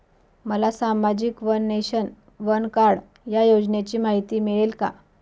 मला सामाजिक one nation, one card या योजनेची माहिती मिळेल का?